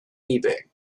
ebay